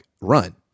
run